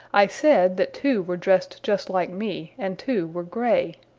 i said that two were dressed just like me and two were gray,